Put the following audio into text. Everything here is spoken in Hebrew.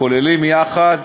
הכוללים יחד